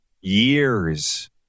years